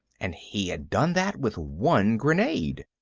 and he'd done that with one grenade.